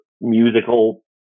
musical